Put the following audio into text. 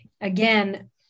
again